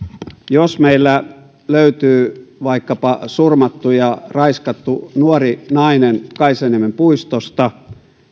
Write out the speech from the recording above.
jos meillä löytyy vaikkapa surmattu ja raiskattu nuori nainen kaisaniemen puistosta